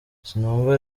sinumva